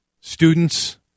students